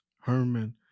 Herman